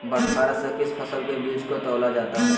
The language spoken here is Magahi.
बटखरा से किस फसल के बीज को तौला जाता है?